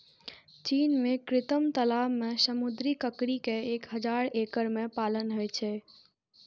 चीन मे कृत्रिम तालाब मे समुद्री ककड़ी के एक हजार एकड़ मे पालन होइ छै